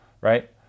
right